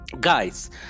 guys